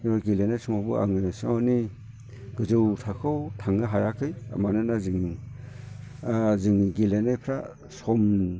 गेलेनाय समावबो आङो एसिबां मानि गोजौ थाखोआव थांनो हायाखै मानोना जोंनि जोंनि गेलेनायफ्रा सम